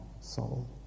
soul